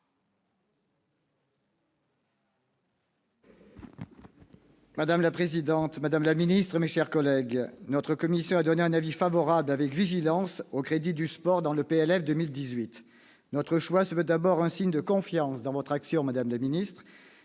Madame la présidente, madame la ministre, mes chers collègues, notre commission a donné un avis favorable, avec vigilance, aux crédits du sport dans le projet de loi de finances pour 2018. Notre choix se veut d'abord un signe de confiance dans votre action, madame la ministre,